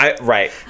Right